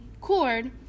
cord